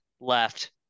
left